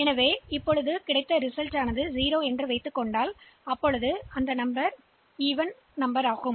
எனவே அந்த விஷயத்தில் நாம் திருத்தத் தேவையில்லை ஆனால் இந்த முடிவுக்குப் பிறகு எண் 0 ஆக இருந்தால் மதிப்பு 0 ஆகிறது அதாவது எண் சமமானது